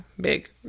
big